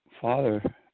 father